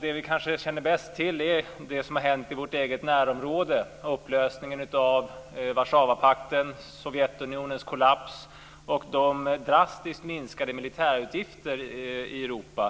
Det vi kanske känner bäst till är det som har hänt i vårt eget närområde - upplösningen av Warszawapakten, Sovjetunionens kollaps och de drastiskt minskade militärutgifterna i Europa.